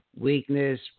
weakness